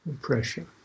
pressure